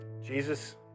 Jesus